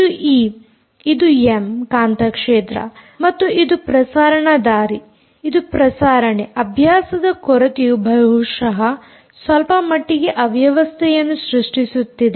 ಇದು ಈ ಇದು ಎಮ್ ಕಾಂತ ಕ್ಷೇತ್ರ ಮತ್ತು ಇದು ಪ್ರಸಾರಣ ದಾರಿ ಇದು ಪ್ರಸಾರಣೆ ಅಭ್ಯಾಸದ ಕೊರತೆಯು ಬಹುಶಃ ಸ್ವಲ್ಪ ಮಟ್ಟಿಗೆ ಅವ್ಯವಸ್ತೆಯನ್ನು ಸೃಷ್ಟಿಸುತ್ತಿದೆ